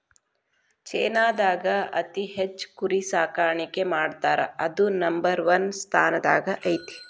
ಚೇನಾದಾಗ ಅತಿ ಹೆಚ್ಚ್ ಕುರಿ ಸಾಕಾಣಿಕೆ ಮಾಡ್ತಾರಾ ಅದು ನಂಬರ್ ಒನ್ ಸ್ಥಾನದಾಗ ಐತಿ